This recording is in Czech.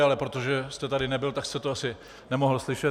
Ale protože jste tady nebyl, tak jste to asi nemohl slyšet.